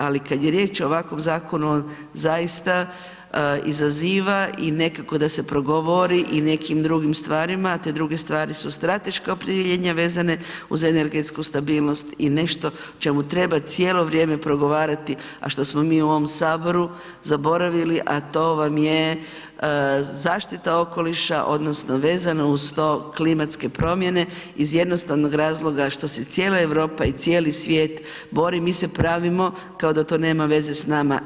Ali kada je riječ o ovakvom zakonu zaista izaziva i nekako da se progovori i o nekim drugim stvarima a te druge stvari su strateško opredjeljenje vezane uz energetsku stabilnost i nešto o čemu treba cijelo vrijeme progovarati a što smo mi u ovom Saboru zaboravili sa to vam je zaštita okoliša, odnosno vezano uz klimatske promjene iz jednostavnog razloga što se cijela Europa i cijeli svijet bori, mi se pravimo kao da to nema veze s nama.